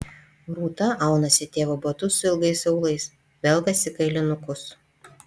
rūta aunasi tėvo batus su ilgais aulais velkasi kailinukus